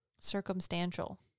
circumstantial